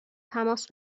تماس